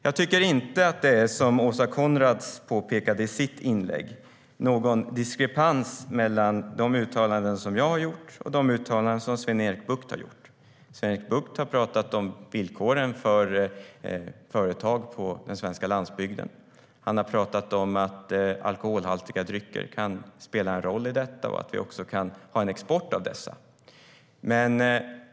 Jag tycker inte att det är som Åsa Coenraads påstod i sitt inlägg - att det finns en diskrepans mellan de uttalanden som jag har gjort och de uttalanden som Sven-Erik Bucht har gjort. Sven-Erik Bucht har talat om villkoren för företag på den svenska landsbygden. Han har talat om att alkoholhaltiga drycker kan spela en roll i detta och att vi också kan ha export av dessa.